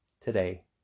today